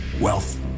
wealth